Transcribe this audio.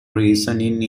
reasoning